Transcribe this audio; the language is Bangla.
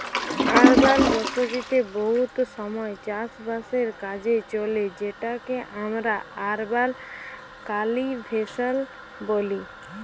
আরবাল বসতিতে বহুত সময় চাষ বাসের কাজ চলে যেটকে আমরা আরবাল কাল্টিভেশল ব্যলি